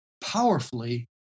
powerfully